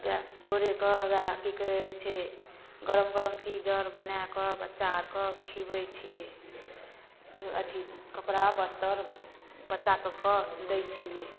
भोरेके वएह कि कहै छै गरम गरम चीज आओर बनाकऽ बच्चा आओरके खुआबै छिए अथी कपड़ा वस्तर बच्चासबके दै छिए